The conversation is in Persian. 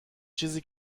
چیزی